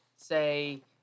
say